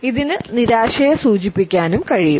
ഇതിനു നിരാശയെ സൂചിപ്പിക്കാനും കഴിയും